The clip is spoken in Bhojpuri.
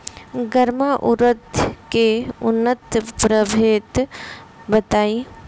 गर्मा उरद के उन्नत प्रभेद बताई?